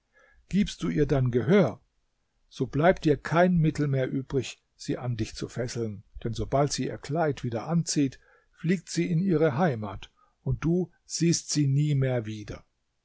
gibst du ihr dann gehör so bleibt dir kein mittel mehr übrig sie an dich zu fesseln denn sobald sie ihr kleid wieder anzieht fliegt sie in ihre heimat und du siehst sie nie mehr wieder